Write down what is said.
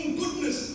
goodness